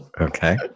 Okay